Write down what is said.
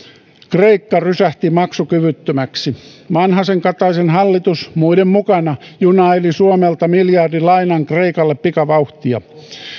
kreikka rysähti maksukyvyttömäksi vanhasen kataisen hallitus muiden mukana junaili suomelta miljardilainan kreikalle pikavauhtia